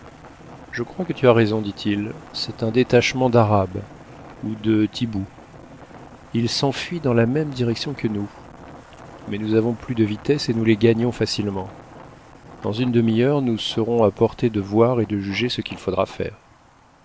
je crois que tu as raison dit-il c'est un détachement d'arabes ou de tibbous ils s'enfuient dans la même direction que nous mais nous avons plus de vitesse et nous les gagnons facilement dans une demi-heure nous serons à portée de voir et de juger ce qu'il faudra faire